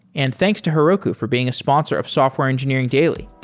and thanks to heroku for being a sponsor of software engineering daily